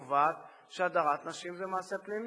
הקובעת שהדרת נשים היא מעשה פלילי.